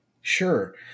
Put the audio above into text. Sure